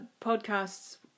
podcasts